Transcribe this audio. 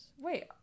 Wait